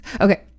Okay